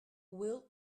will